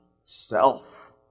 self